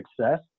success